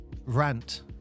rant